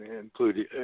including